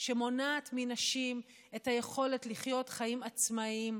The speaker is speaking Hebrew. שמונעת מנשים את היכולת לחיות חיים עצמאיים,